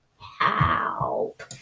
Help